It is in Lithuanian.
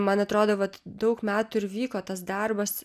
man atrodo vat daug metų ir vyko tas darbas